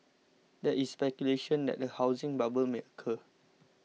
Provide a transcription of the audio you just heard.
there is speculation that a housing bubble may occur